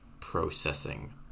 processing